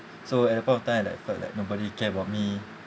so at that point of time like I felt like nobody care about me